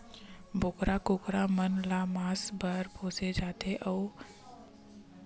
बोकरा, कुकरा मन ल मांस बर पोसे जाथे अउ एमन ल बने चारा खवाबे त झटकुन बाड़थे